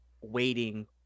waiting